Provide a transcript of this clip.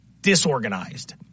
Disorganized